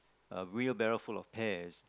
a wheelbarrow full of pears